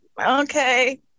okay